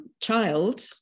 child